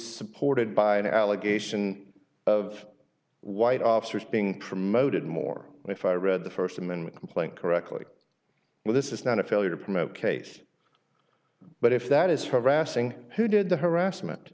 supported by an allegation of white officers being promoted more if i read the st amendment complaint correctly but this is not a failure to promote case but if that is progressing who did the harassment